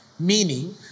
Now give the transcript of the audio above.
Meaning